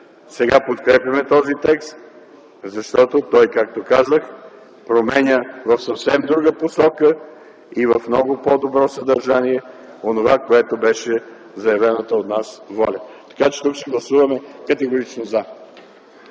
Сега подкрепяме този текст, защото той, както казах, променя в съвсем друга посока и в много по-добро съдържание онова, което беше заявената от нас воля. Тук ще гласуваме категорично „за”.